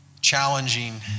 challenging